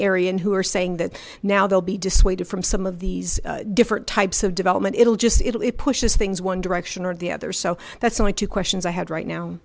area and who are saying that now they'll be dissuaded from some of these different types of development it'll just it'll it pushes things one direction or the other so that's only two questions i had right now